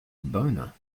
boner